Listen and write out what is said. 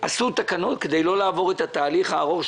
עשו תקנות כדי לא לעבור את התהליך הארוך,